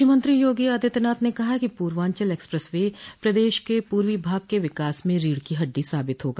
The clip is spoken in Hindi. मुख्यमंत्री योगी आदित्यनाथ ने कहा कि पूर्वांचल एक्सप्रेस वे प्रदेश के पूर्वी भाग के विकास में रीढ़ की हड्डी साबित होगा